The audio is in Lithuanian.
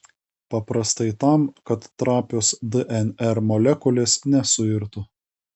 paprastai tam kad trapios dnr molekulės nesuirtų